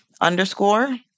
underscore